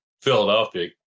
Philadelphia